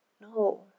No